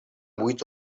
vuit